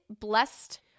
Blessed